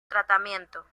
tratamiento